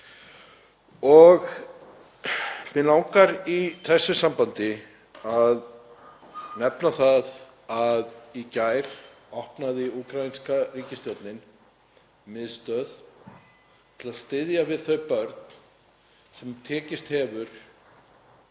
og mig langar í þessu sambandi að nefna það að í gær opnaði úkraínska ríkisstjórnin miðstöð til að styðja við þau börn sem tekist hefur